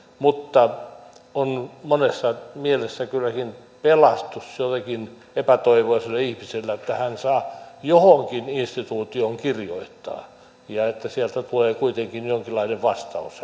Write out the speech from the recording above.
mutta on monessa mielessä kylläkin pelastus jollekin epätoivoiselle ihmiselle että hän saa johonkin instituutioon kirjoittaa ja että sieltä tulee kuitenkin jonkinlainen vastaus